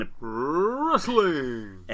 wrestling